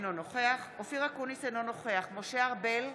אינו נוכח אופיר אקוניס, אינו נוכח משה ארבל,